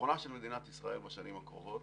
ביטחונה של מדינת ישראל בשנים הקרובות,